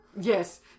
Yes